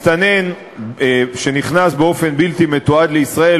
מסתנן שנכנס באופן בלתי מתועד לישראל,